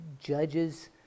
Judges